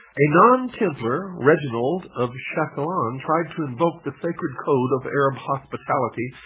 a non-templar, reginald of chatillon, tried to invoke the sacred code of arab hospitality,